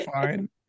fine